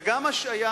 וגם השעיה